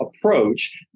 approach